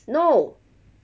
no